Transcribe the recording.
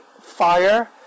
fire